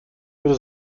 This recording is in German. würde